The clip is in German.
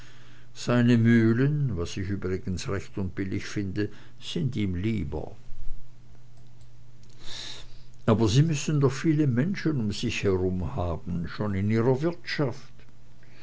seine mühlen was ich übrigens recht und billig finde sind ihm lieber aber sie müssen doch viele menschen um sich herum haben schon in ihrer wirtschaft